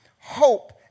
hope